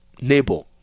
neighbor